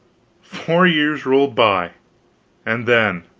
four years rolled by and then!